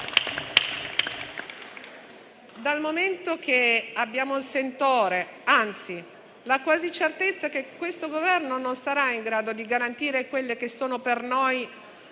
Dal momento che abbiamo il sentore, anzi la quasi certezza che questo Governo non sarà in grado di garantire quelle che per noi